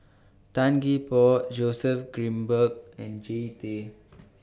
Tan Gee Paw Joseph Grimberg and Jean Tay